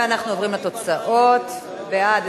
ואנחנו עוברים לתוצאות: בעד,